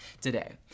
today